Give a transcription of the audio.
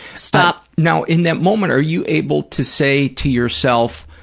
stop. now, in that moment, are you able to say to yourself,